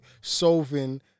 solving